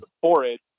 forage